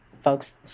folks